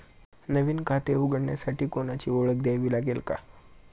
नवीन खाते उघडण्यासाठी कोणाची ओळख द्यावी लागेल का?